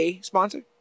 sponsor